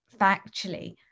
factually